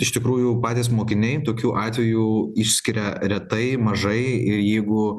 iš tikrųjų patys mokiniai tokių atvejų išskiria retai mažai ir jeigu